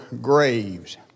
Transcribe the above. graves